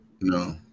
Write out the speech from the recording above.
No